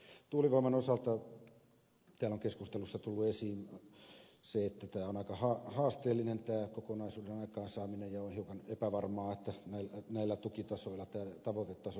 tuulivoiman osalta täällä on keskustelussa tullut esiin se että tämä kokonaisuuden aikaansaaminen on aika haasteellista ja on hiukan epävarmaa että näillä tukitasoilla tämä tavoitetaso saavutetaan